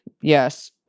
Yes